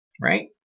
Right